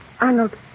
Arnold